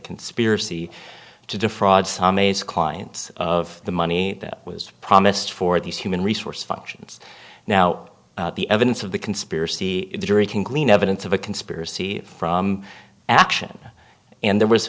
clients of the money that was promised for these human resources functions now the evidence of the conspiracy theory can glean evidence of a conspiracy from action and there was